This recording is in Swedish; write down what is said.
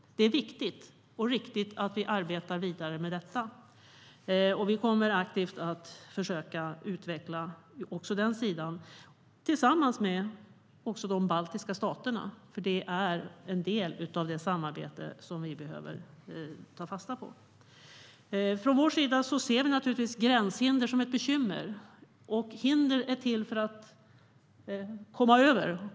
Det är viktigt och riktigt att vi arbetar vidare med det. Vi kommer att aktivt försöka utveckla också den sidan, tillsammans med även de baltiska staterna. Det är en del av det samarbete som vi behöver ta fasta på. Vi ser naturligtvis gränshinder som ett bekymmer. Hinder är till för att komma över.